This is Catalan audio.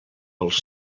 els